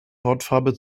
hautfarbe